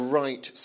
right